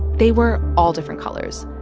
they were all different colors.